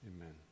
Amen